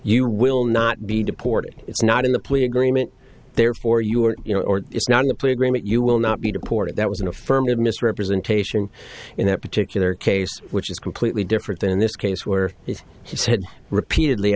you will not be deported it's not in the plea agreement therefore you are you know it's not a plea agreement you will not be deported that was an affirmative misrepresentation in that particular case which is completely different than in this case where if he said repeatedly